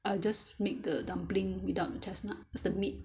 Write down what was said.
I will just make the dumpling without chestnut just the meat